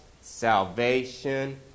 salvation